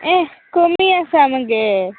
ऐ कमी आसा मगे